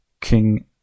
King